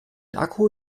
akku